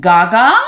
Gaga